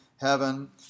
heaven